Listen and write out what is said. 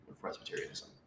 Presbyterianism